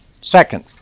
Second